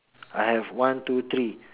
I have one two three